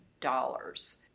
dollars